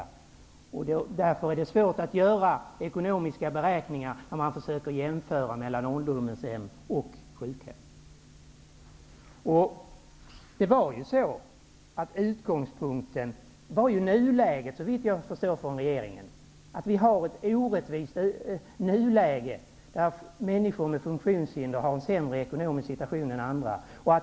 Det är därför svårt att göra ekonomiska beräkningar när man försöker jämföra mellan ålderdomshem och sjukhem. Regeringens utgångspunkt var, såvitt jag förstår, att förhållandena i nuläget är orättvisa. Människor med funktionshinder har en sämre ekonomisk situation än andra.